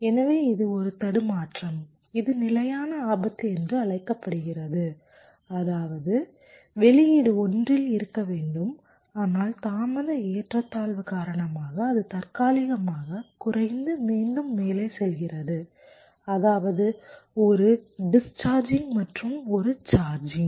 எனவே இது ஒரு தடுமாற்றம் இது நிலையான ஆபத்து என்றும் அழைக்கப்படுகிறது அதாவது வெளியீடு 1 இல் இருக்க வேண்டும் ஆனால் தாமத ஏற்றத்தாழ்வு காரணமாக அது தற்காலிகமாக குறைந்து மீண்டும் மேலே செல்கிறது அதாவது ஒரு டிஸ்சார்சிங்மற்றும் ஒரு சார்ஜ்